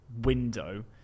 window